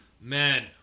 man